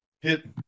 hit